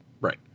Right